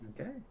okay